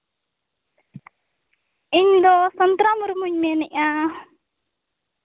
ᱤᱧ ᱫᱚ ᱥᱚᱱᱛᱨᱟ ᱢᱩᱨᱢᱩᱧ ᱢᱮᱱᱮᱫᱟ